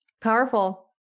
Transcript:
Powerful